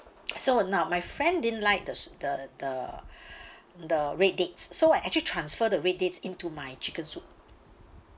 so now my friend didn't like the s~ the the the red dates so I actually transfer the red dates into my chicken soup